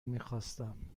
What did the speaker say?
میخواستم